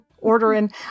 Ordering